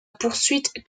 poursuite